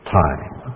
time